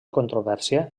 controvèrsia